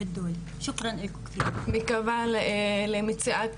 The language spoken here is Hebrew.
מקווה למציאת